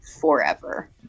forever